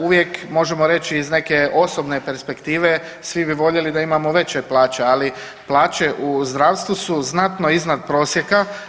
Uvijek možemo reći iz neke osobne perspektive svi bi voljeli da imamo veće plaće, ali plaće u zdravstvu su znatno iznad prosjeka.